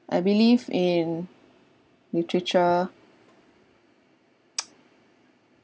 I believe in literature